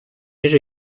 між